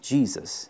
Jesus